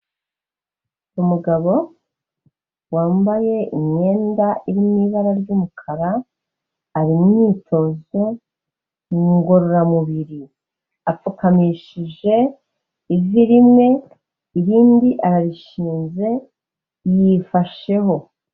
Umugabo wambaye imyenda iri mu ibara ry'umukara, ari mu imyitozo ngororamubiri, apfukamishije ivi rimwe irindi ararishinze yifasheho.